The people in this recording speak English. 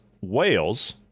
Wales